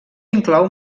inclou